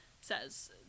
says